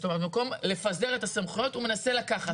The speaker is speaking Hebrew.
זאת אומרת, במקום לפזר את הסמכויות הוא מנסה לקחת.